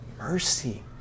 mercy